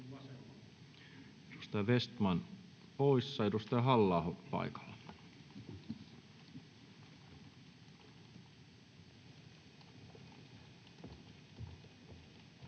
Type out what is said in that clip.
Edustaja Vestman — poissa. Edustaja Halla-aho — paikalla.